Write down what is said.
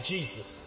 Jesus